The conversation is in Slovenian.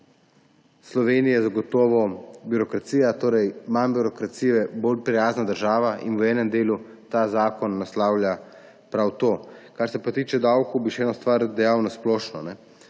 Slovenije je zagotovo birokracija. Torej manj birokracije, bolj prijazna država – in v enem delu ta zakon naslavlja prav to. Kar se tiče davkov, bi še eno stvar dejal na splošno.